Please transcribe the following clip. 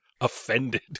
offended